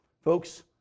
Folks